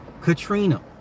Katrina